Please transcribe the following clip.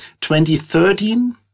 2013